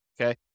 Okay